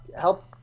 help